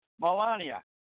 Melania